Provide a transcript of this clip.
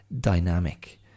dynamic